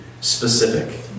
specific